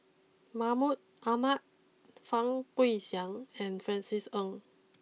Mahmud Ahmad Fang Guixiang and Francis Ng